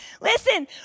Listen